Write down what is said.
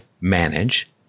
manage